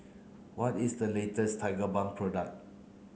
what is the latest Tigerbalm product